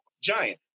Giant